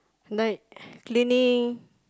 like cleaning